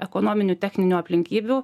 ekonominių techninių aplinkybių